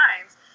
times